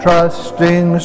Trusting